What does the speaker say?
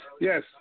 Yes